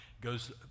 goes